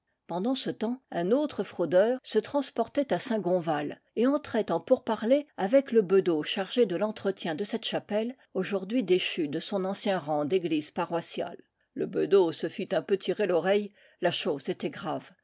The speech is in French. pendant ce temps un autre fraudeur se transportait à saint gonval et entrait en pourparlers avec le bedeau chargé de l'entretien de cette chapelle aujourd'hui déchue de son ancien rang d'église paroissiale le bedeau se fit un peu tirer l'oreille la chose était grave